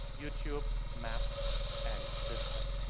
youtube, maps and display